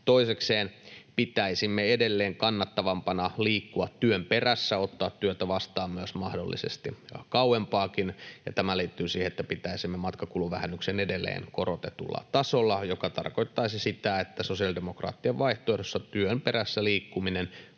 Toisekseen pitäisimme edelleen kannattavampana liikkua työn perässä, ottaa työtä vastaan myös mahdollisesti kauempaakin, ja tämä liittyy siihen, että pitäisimme matkakuluvähennyksen edelleen korotetulla tasolla, mikä tarkoittaisi sitä, että sosiaalidemokraattien vaihtoehdossa työn perässä liikkuminen